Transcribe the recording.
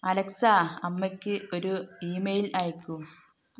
Alexa അമ്മയ്ക്ക് ഒരു email അയയ്ക്കൂ